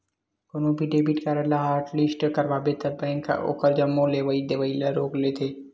कोनो भी debit card ल हॉटलिस्ट करवाबे त बेंक ह ओखर जम्मो लेवइ देवइ ल रोक देथे